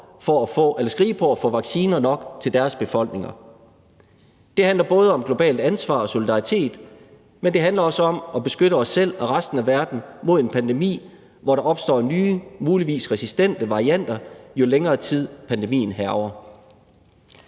på at få vacciner nok til deres befolkninger. Det handler både om globalt ansvar og solidaritet, men det handler også om at beskytte os selv og resten af verden mod en pandemi, hvor der opstår nye, muligvis resistente, varianter, jo længere tid pandemien hærger.